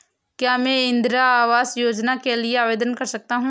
क्या मैं इंदिरा आवास योजना के लिए आवेदन कर सकता हूँ?